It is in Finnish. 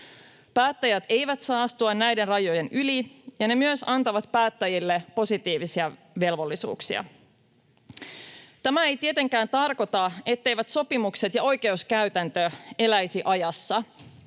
Päättäjät eivät saa astua näiden rajojen yli, ja ne myös antavat päättäjille positiivisia velvollisuuksia. Tämä ei tietenkään tarkoita, etteivät sopimukset ja oikeuskäytäntö eläisi ajassa.